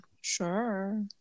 Sure